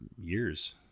years